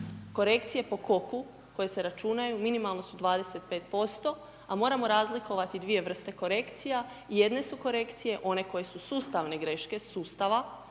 Korekcije po Koku koje se računaju, minimalno su 25%, a moramo razlikovati dvije vrste korekcija. Jedne su korekcije one koje su sustavne greške, sustava,